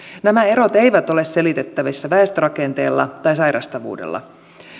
nämä erot eivät ole selitettävissä väestörakenteella tai sairastavuudella